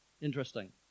interesting